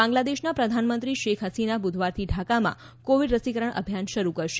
બાગ્લાદેશના પ્રધાનમંત્રી શેખ હસીના બુધવારથી ઢાંકામાં કોવિડ રસીકરણ અભિયાન શરૂ કરશે